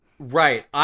Right